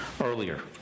earlier